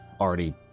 already